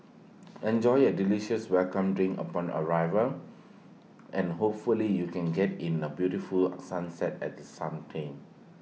enjoy A delicious welcome drink upon arrival and hopefully you can get in the beautiful sunset at the same time